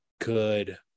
good